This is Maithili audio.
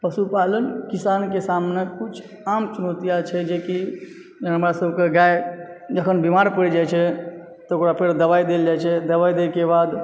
पशुपालन किसानके सामने किछु आम चुनौतियाँ छै जेकि हमरा सभकेँ गाय जखन बीमार पड़ि जाइत छै तऽ ओकरा फेरो दबाइ देल जाइत छै दबाइके बाद